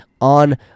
on